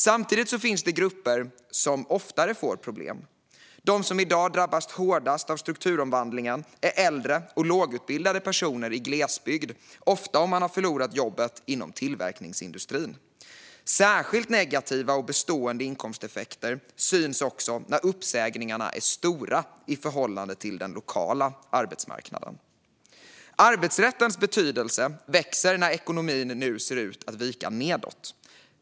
Samtidigt finns det grupper som oftare får problem. De som i dag drabbas hårdast av strukturomvandlingen är äldre och lågutbildade personer i glesbygd, ofta om de förlorat ett jobb inom tillverkningsindustrin. Särskilt negativa och bestående inkomsteffekter syns också när uppsägningarna är stora i förhållande till den lokala arbetsmarknaden. Arbetsrättens betydelse växer när ekonomin nu ser ut att vika nedåt.